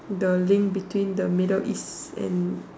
the link between the Middle East and the